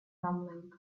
rumbling